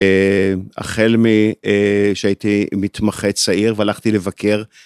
החל משהייתי מתמחה צעיר והלכתי לבקר